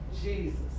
Jesus